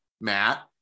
Matt